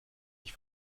ich